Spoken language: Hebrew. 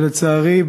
לצערי,